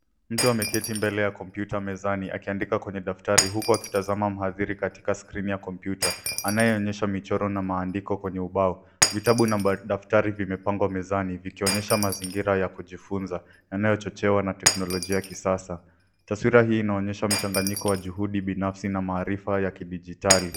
Mtu ameketi mbele ya kompyuta mezani akiandika kwenye daftari huku akitazama mhadhiri katika skrini ya kompyuta anayeonyesha michoro na maandiko kwenye ubao. Vitabu na daftari vimepangwa mezani vikionyesha mazingira ya kujifunza yanayochochewa na teknolojia ya kisasa. Taswira hii inaonyesha mchanganyiko wa juhudi binafsi na maarifa ya kidijitali.